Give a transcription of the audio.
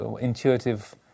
intuitive